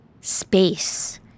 Space